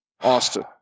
Austin